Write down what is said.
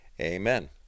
amen